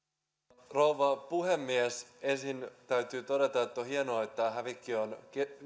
arvoisa rouva puhemies ensin täytyy todeta että on hienoa että tämä hävikki on